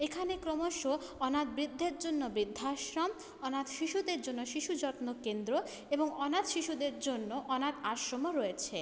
এখানে ক্রমশ অনাথ বৃদ্ধের জন্য বৃদ্ধাশ্রম অনাথ শিশুদের জন্য শিশু যত্ন কেন্দ্র এবং অনাথ শিশুদের জন্য অনাথ আশ্রমও রয়েছে